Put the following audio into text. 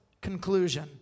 conclusion